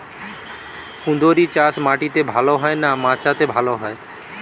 কুঁদরি চাষ মাটিতে ভালো হয় না মাচাতে ভালো হয়?